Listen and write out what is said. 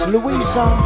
Louisa